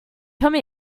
come